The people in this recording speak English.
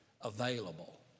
available